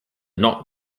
not